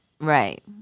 Right